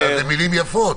דיברת על מילים יפות.